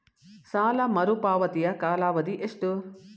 ಸಾಲ ಮರುಪಾವತಿಯ ಕಾಲಾವಧಿ ಎಷ್ಟು?